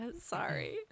Sorry